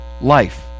life